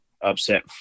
upset